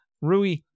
Rui